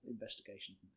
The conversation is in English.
investigations